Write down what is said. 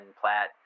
Platt